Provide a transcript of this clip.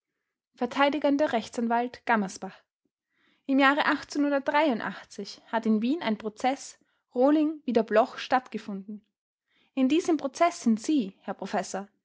vert rechtsanwalt gammersbach im jahre hat in wien ein prozeß rohling wider bloch stattgefunden in diesem prozeß sind sie herr professor